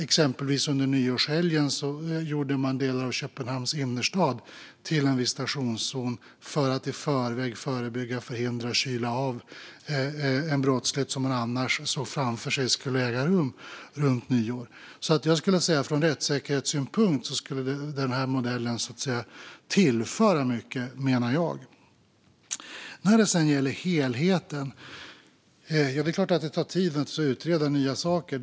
Exempelvis gjorde man under nyårshelgen delar av Köpenhamns innerstad till en visitationszon för att i förväg förebygga, förhindra och kyla av en brottslighet som man annars såg framför sig skulle äga rum runt nyår. Jag menar att den modellen skulle tillföra mycket ur rättssäkerhetssynpunkt. När det sedan gäller helheten är det klart att det tar tid att utreda nya saker.